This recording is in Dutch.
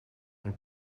een